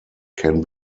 can